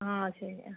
ആ ശരി ആ